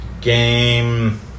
game